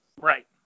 Right